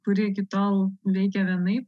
kuri iki tol veikė vienaip